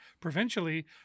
provincially